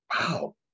wow